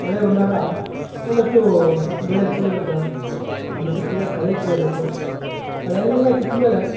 ಮಳೆ ಬಂದಾಗ ಒಂದಷ್ಟು ಬೆಳೆ ಚಿಗುರುತ್ತೆ ಜೊತೆಗೆ ತಿರ್ಗಾ ಕಳೆ ಕೀಳಬೇಕು ಕಳೆಯೆಲ್ಲ ಕಿತ್ತಮೇಲೆ